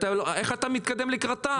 איך אתה מתקדם לקראתם?